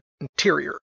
interior